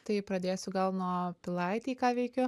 tai pradėsiu gal nuo pilaitėj ką veikiu